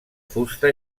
fusta